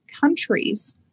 countries